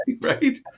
right